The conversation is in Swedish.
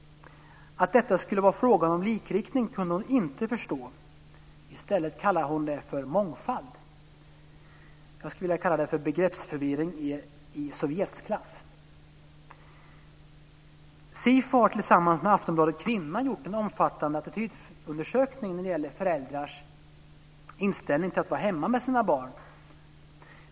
Att detta skulle vara fråga om likriktning kunde hon inte förstå. I stället kallade hon det för mångfald. Jag skulle vilja kalla det för begreppsförvirring i Sovjetklass. Sifo har tillsammans med Aftonbladet Kvinna gjort en omfattande attitydundersökning när det gäller föräldrars inställning till att vara hemma med sina barn.